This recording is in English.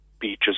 beaches